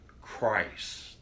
Christ